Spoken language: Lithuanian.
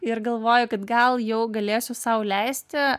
ir galvoju kad gal jau galėsiu sau leisti